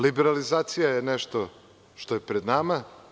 Liberalizacija je nešto što je pred nama.